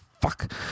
fuck